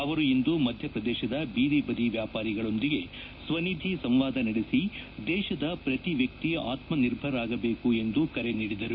ಅವರು ಇಂದು ಮಧ್ಯಪ್ರದೇಶದ ಬೀದಿಬದಿ ವ್ಯಾಪಾರಿಗಳೊಂದಿಗೆ ಸ್ವನಿಧಿ ಸಂವಾದ ನಡೆಸಿ ದೇಶದ ಪ್ರತಿ ವ್ಯಕ್ತಿಆತ್ಮನಿರ್ಭರ್ ಆಗಬೇಕು ಎಂದು ಕರೆ ನೀಡಿದರು